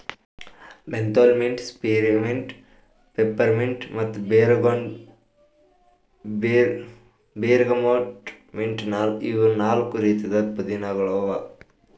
menthol mint, spearmint, peppermint ಮತ್ತ bergamot mint ಇವು ನಾಲ್ಕು ರೀತಿದ್ ಪುದೀನಾಗೊಳ್ ಅವಾ